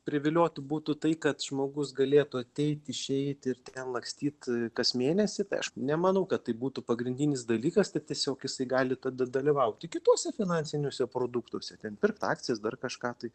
priviliotų būtų tai kad žmogus galėtų ateit išeit ir ten lakstyt kas mėnesį tai aš nemanau kad tai būtų pagrindinis dalykas tai tiesiog jisai gali tada dalyvauti kituose finansiniuose produktuose ten pirkt akcijas dar kažką tai